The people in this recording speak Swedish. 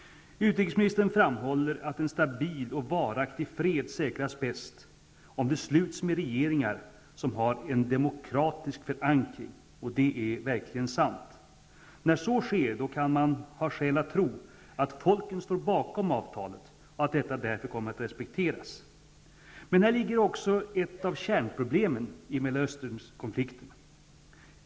Utrikesministern framhåller att en stabil och varaktig fred säkras bäst om den sluts med regeringar som har en demokratisk förankring. Det är verkligen sant. När så sker kan man ha skäl att tro att folken står bakom avtalet och att detta därför kommer att respekteras. Men här ligger också ett av kärnproblemen i Mellanösternkonflikten.